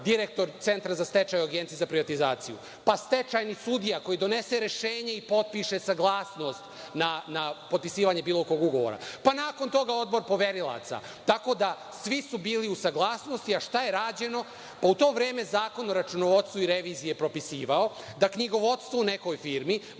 direktor Centra za stečaj Agencije za privatizaciju, pa stečajni sudija koji donose rešenje i potpiše saglasnost na potpisivanje bilo kog ugovora, pa nakon toga Odbor poverilaca, tako da svi su bili u saglasnosti, šta je rađeno. U to vreme Zakon o računovodstvu i reviziji je propisivao da knjigovodstvo u nekoj firmi